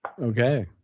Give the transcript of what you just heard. Okay